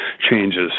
changes